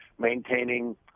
maintaining